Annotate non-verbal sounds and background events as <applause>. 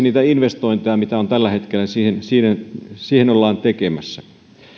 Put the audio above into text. <unintelligible> niitä investointeja joita tällä hetkellä siihen ollaan tekemässä